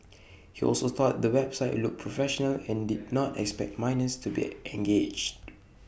he also thought the website looked professional and did not expect minors to be engaged